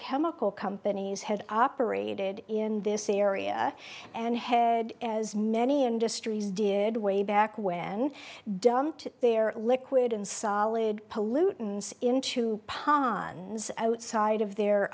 chemical companies had operated in this area and head as many industries did way back when dumped their liquid and solid pollutants into pons outside of their